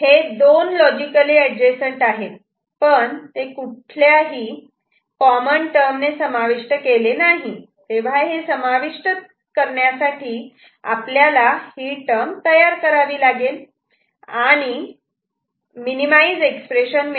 हे दोन logically adjacent आहे पण ते कुठल्याही कॉमन टर्म ने समाविष्ट केले नाही तेव्हा हे समाविष्ट करण्यासाठी आपल्याला ही टर्म तयार करावी लागेल आणि आणि मिनिमाईज एक्सप्रेशन minimized expression